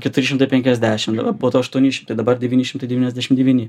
keturi šimtai penkiasdešim po to aštuoni šimtai dabar devyni šimtai devyniasdešim devyni